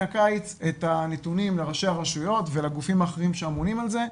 הקיץ את הנתונים לראשי הרשויות ולגופים האחרים שאמונים על זה,